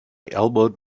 elbowed